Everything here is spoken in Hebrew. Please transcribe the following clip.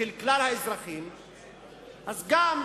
של כלל האזרחים אז גם